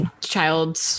child